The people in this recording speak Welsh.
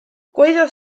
gwaeddodd